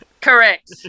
Correct